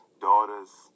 daughters